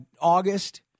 August